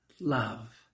Love